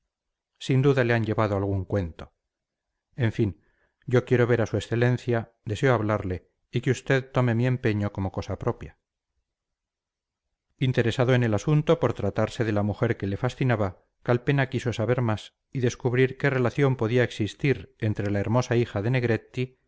sin duda le han llevado algún cuento en fin yo quiero ver a su excelencia deseo hablarle y que usted tome mi empeño como cosa propia interesado en el asunto por tratarse de la mujer que le fascinaba calpena quiso saber más y descubrir qué relación podía existir entre la hermosa hija de negretti